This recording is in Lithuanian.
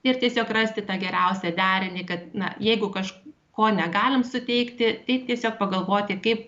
ir tiesiog rasti tą geriausią derinį kad na jeigu kaž ko negalim suteikti tai tiesiog pagalvoti kaip